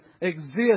exist